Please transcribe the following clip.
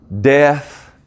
death